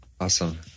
Awesome